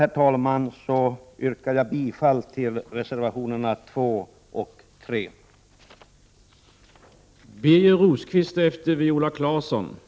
Med detta yrkar jag bifall till reservationerna 2 och 3.